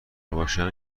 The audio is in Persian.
باشن